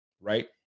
Right